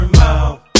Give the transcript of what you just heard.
mouth